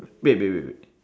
wait wait wait wait